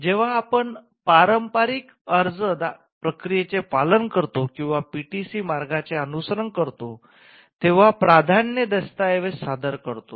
जेव्हा आपण पारंपरिक अर्ज प्रक्रियेचे पालन करतो किंवा पीसीटी मार्गाचे अनुसरण करतो तेव्हा प्राधान्य दस्तऐवज सादर करतो